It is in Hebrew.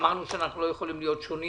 אמרנו שאנחנו לא יכולים להיות שונים